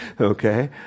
Okay